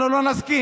אנחנו לא נסכים,